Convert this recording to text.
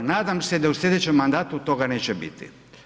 Nadam se da u slijedećem mandatu toga neće biti.